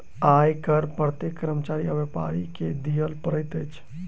आय कर प्रत्येक कर्मचारी आ व्यापारी के दिअ पड़ैत अछि